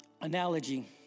analogy